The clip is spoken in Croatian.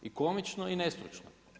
I komično i nestručno.